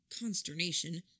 consternation